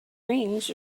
rings